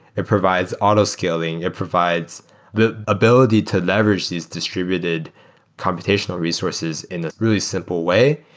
it provides auto scaling, it provides the ability to leverage these distributed computational resources in a really simple way.